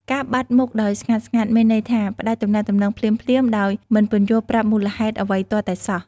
ការបាត់មុខដោយស្ងាត់ៗមានន័យថា ផ្ដាច់ទំនាក់ទំនងភ្លាមៗដោយមិនពន្យល់ប្រាប់មូលហេតុអ្វីទាល់តែសោះ។